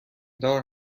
دار